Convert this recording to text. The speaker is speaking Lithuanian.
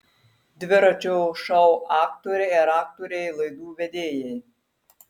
dviračio šou aktoriai ar aktoriai laidų vedėjai